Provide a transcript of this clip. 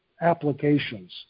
applications